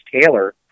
Taylor